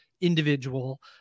individual